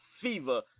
fever